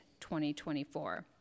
2024